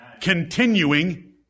Continuing